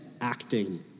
acting